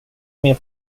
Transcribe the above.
mer